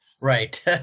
Right